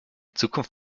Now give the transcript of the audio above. zukunft